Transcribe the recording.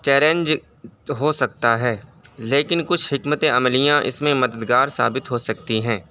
challenge ہو سکتا ہے لیکن کچھ حکمت عملیاں اس میں مددگار ثابت ہو سکتی ہیں